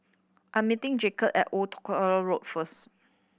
I'm meeting Jacoby at Old Tuck Road first